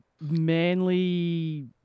manly